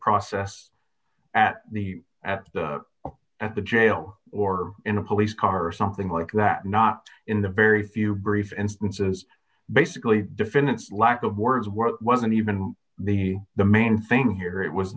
process at the at the at the jail or in a police car or something like that not in the very few brief instances basically defendants lack of words work wasn't even the the main thing here it was